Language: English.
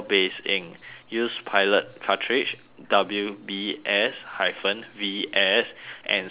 use pilot cartridge W B S hyphen V S and spare tip